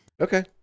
Okay